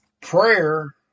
Prayer